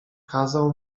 kazał